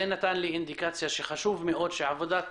זה נתן לי אינדיקציה שחשוב מאוד שעבודת